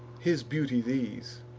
his beauty these,